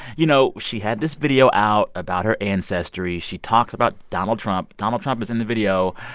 you know, she had this video out about her ancestry. she talks about donald trump. donald trump is in the video.